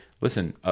listen